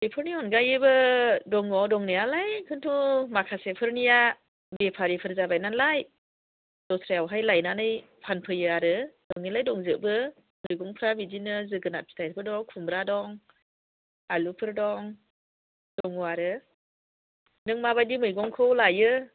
बेफोरनि अनगायैबो दङ दंनायालाय बेफोरथ' माखासेफोरनिया बेफारिफोर जाबाय नालाय दस्रायावहाय लायनानै फानफैयो आरो दंनायालाय दंजोबो मैगंफ्रा बिदिनो जोगोनार फिथाइबो दं खुम्ब्रा दं आलुफोर दं दङ आरो नों माबायदि मैगंखौ लायो